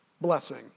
blessing